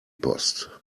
post